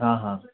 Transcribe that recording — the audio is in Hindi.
हाँ हाँ